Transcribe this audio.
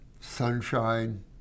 sunshine